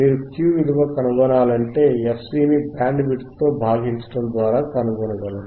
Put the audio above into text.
మీరు Q విలువ కనుగొనాలంటే fC ని బ్యాండ్ విడ్త్ తో భాగిమ్చటం ద్వారా కనుగొనగలరు